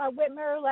Whitmer